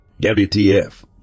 WTF